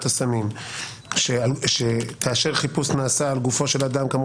הסמים שכאשר חיפוש נעשה על גופו של אדם כאומר